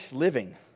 living